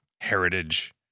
heritage